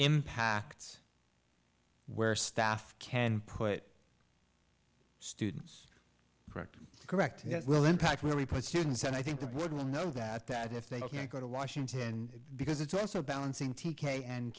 impact where staff can put students correct correct yes will impact where we put students and i think the board will know that that if they can't go to washington because it's also balancing t k and